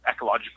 ecologically